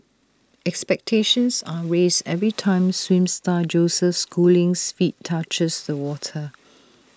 expectations are raised every time swim star Joseph schooling's feet touches the water